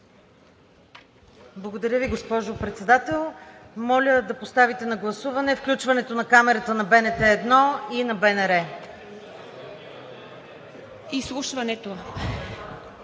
Благодаря Ви, госпожо Председател. Моля да поставите на гласуване включването на камерите на БНТ 1 и на БНР. ПРЕДСЕДАТЕЛ